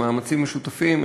במאמצים משותפים,